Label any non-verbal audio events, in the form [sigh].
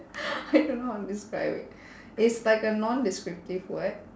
[noise] I don't know how to describe it it's like a non descriptive word